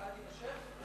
ההקפאה תימשך?